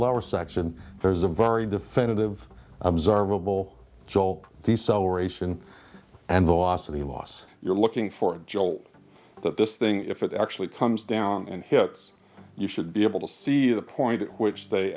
lower section there's a very definitive observable jolt deceleration and the loss of the loss you're looking for a jolt that this thing if it actually comes down and hits you should be able to see the point at which they